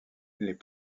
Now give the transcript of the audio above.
les